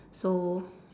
so